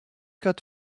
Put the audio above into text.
cod